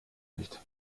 nicht